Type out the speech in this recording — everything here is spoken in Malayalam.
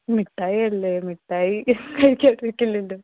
മിഠായി അല്ലേ മിഠായി കഴിക്കാതിരിക്കില്ലല്ലോ